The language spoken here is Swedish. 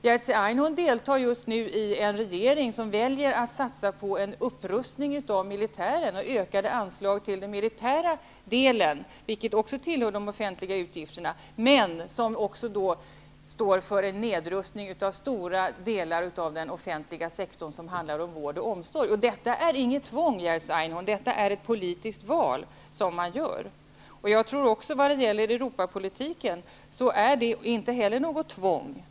Jerzy Einhorn deltar just nu i en regering som väljer att satsa på en upprustning av och ökade anslag till militären -- vilket också hör till de offentliga utgifterna. Men regeringen står också för en nedrustning av stora delar av den offentliga sektorn som berör vård och omsorg. Detta är inget tvång, Jerzy Einhorn. Detta är ett politiskt val. Jag tror inte heller att valet av Europapolitik utgör något tvång.